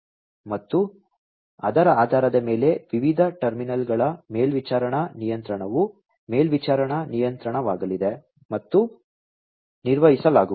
ಮತ್ತು ಅದರ ಆಧಾರದ ಮೇಲೆ ವಿವಿಧ ಟರ್ಮಿನಲ್ಗಳ ಮೇಲ್ವಿಚಾರಣಾ ನಿಯಂತ್ರಣವು ಮೇಲ್ವಿಚಾರಣಾ ನಿಯಂತ್ರಣವಾಗಲಿದೆ ಮತ್ತು ನಿರ್ವಹಿಸಲಾಗುವುದು